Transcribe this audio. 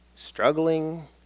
Struggling